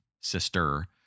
sister